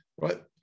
right